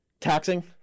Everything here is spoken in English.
taxing